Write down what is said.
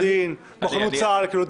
מודיעין, מוכנות צה"ל.